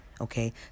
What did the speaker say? okay